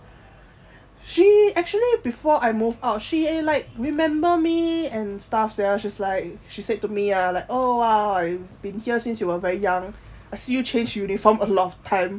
she actually before I moved out she eh like remember me and stuffs sia like she said to me ah oh !wow! I've been here since you were very young I see you change uniform a lot of time